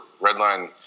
Redline